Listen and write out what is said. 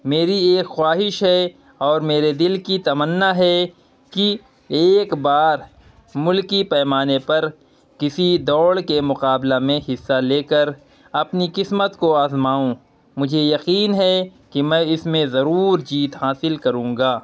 میری ایک خواہش ہے اور میرے دل کی تمنا ہے کہ ایک بار ملکی پیمانے پر کسی دوڑ کے مقابلہ میں حصہ لے کر اپنی قسمت کو آزماؤں مجھے یقین ہے کہ میں اس میں ضرور جیت حاصل کروں گا